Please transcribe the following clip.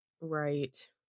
right